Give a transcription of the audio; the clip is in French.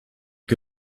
que